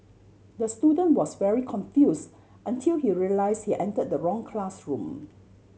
the student was very confuse until he realise he enter the wrong classroom